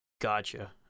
Gotcha